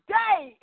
day